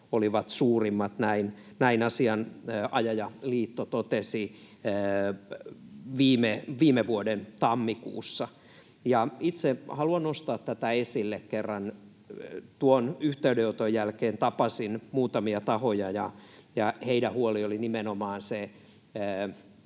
olivat suurimmat. Näin totesi Asianajajaliitto viime vuoden tammikuussa. Itse haluan nostaa tätä esille, kun kerran tuon yhteydenoton jälkeen tapasin muutamia tahoja ja heidän huolenaan olivat nimenomaan ne